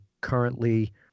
currently